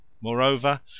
Moreover